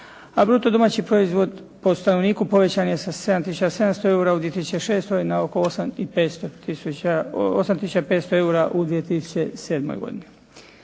bruto domaći proizvod po stanovniku povećan je sa 7700 eura u 2006. na oko 8500 eura u 2007. godini.